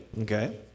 okay